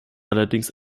allerdings